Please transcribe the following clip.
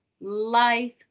life